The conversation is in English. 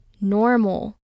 normal